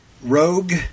Rogue